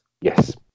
Yes